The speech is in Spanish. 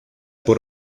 por